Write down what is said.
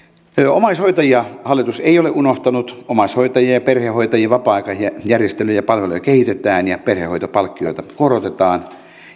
omaishoitajia hallitus ei ole unohtanut omaishoitajien ja perhehoitajien vapaa aikajärjestelyjä ja palveluja kehitetään ja perhehoitopalkkioita korotetaan